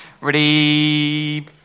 Ready